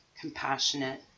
compassionate